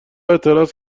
اعتراض